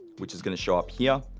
which is gonna show up here.